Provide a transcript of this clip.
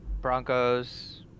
Broncos